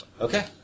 Okay